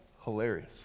hilarious